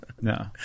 no